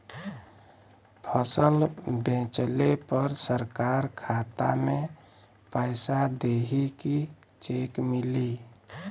फसल बेंचले पर सरकार खाता में पैसा देही की चेक मिली?